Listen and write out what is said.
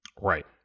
Right